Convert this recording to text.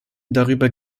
darüber